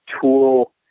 tool